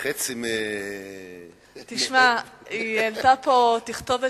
חצי, תשמע, היא העלתה פה תכתובת